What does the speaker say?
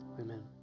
Amen